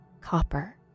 copper